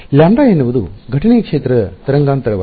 λ ಎನ್ನುವುದು ಘಟನೆಯ ಕ್ಷೇತ್ರದ ತರಂಗಾಂತರವಾಗಿದೆ